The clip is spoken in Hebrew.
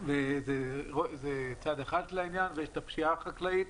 זה צד אחד של העניין, ויש הפשיעה החקלאית